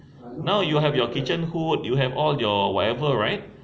now you have your kitchen hood you have all your whatever right